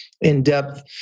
in-depth